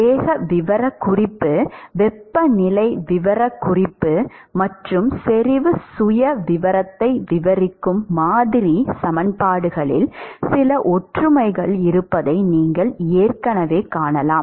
வேக விவரக்குறிப்பு வெப்பநிலை விவரக்குறிப்பு மற்றும் செறிவு சுயவிவரத்தை விவரிக்கும் மாதிரி சமன்பாடுகளில் சில ஒற்றுமைகள் இருப்பதை நீங்கள் ஏற்கனவே காணலாம்